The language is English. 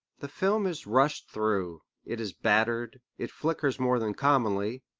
the film is rushed through, it is battered, it flickers more than commonly,